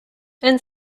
and